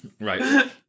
Right